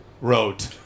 wrote